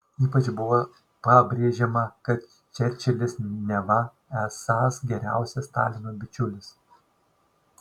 ypač buvo pabrėžiama kad čerčilis neva esąs geriausias stalino bičiulis